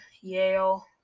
Yale